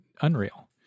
unreal